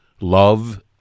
love